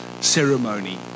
ceremony